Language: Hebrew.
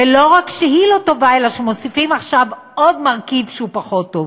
ולא רק שהיא לא טובה אלא שמוסיפים עכשיו עוד מרכיב שהוא פחות טוב.